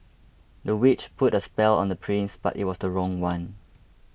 the witch put a spell on the prince but it was the wrong one